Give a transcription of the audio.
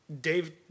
Dave